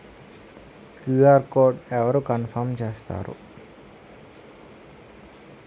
QR code అవరు confirm చేస్తారు?